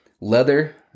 leather